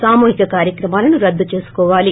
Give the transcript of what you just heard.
సాముహిక కార్యక్రమాలను రద్దు చేసుకోవాలి